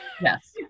Yes